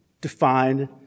defined